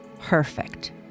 perfect